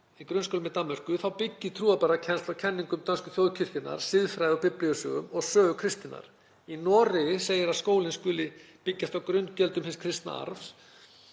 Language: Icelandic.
Grunnskólar í Danmörku byggja trúarbragðakennslu á kenningum dönsku þjóðkirkjunnar, siðfræði, biblíusögum og sögu kristninnar. Í Noregi segir að skólinn skuli byggjast á grunngildum hins kristna arfs.